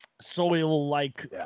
soil-like